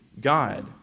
God